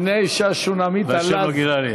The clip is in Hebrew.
הנה האישה השונמית הלז, זה השם האורגינלי.